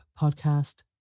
Podcast